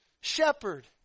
shepherd